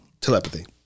telepathy